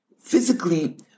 Physically